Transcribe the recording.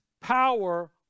power